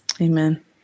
Amen